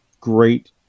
great